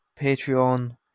Patreon